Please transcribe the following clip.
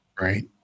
Right